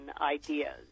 ideas